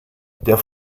der